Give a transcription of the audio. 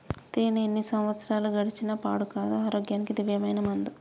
తేనే ఎన్ని సంవత్సరాలు గడిచిన పాడు కాదు, ఆరోగ్యానికి దివ్యమైన మందు